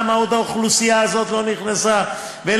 למה האוכלוסייה הזאת עוד לא נכנסה ולמה